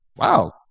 wow